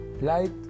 Light